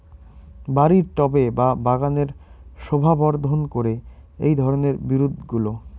বাড়ির টবে বা বাগানের শোভাবর্ধন করে এই ধরণের বিরুৎগুলো